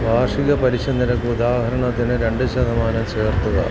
വാർഷിക പലിശനിരക്ക് ഉദാഹരണത്തിന് രണ്ട് ശതമാനം ചേർത്തുക